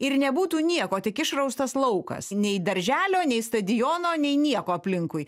ir nebūtų nieko tik išraustas laukas nei darželio nei stadiono nei nieko aplinkui